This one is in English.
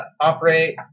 operate